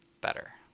better